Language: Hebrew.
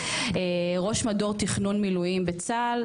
ראש מדור תכנון מילואים בצה"ל,